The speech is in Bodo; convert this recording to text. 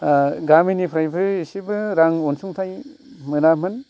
गामिनिफ्राइबो एसेबो रां अनसुंथाइ मोनामोन